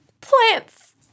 plants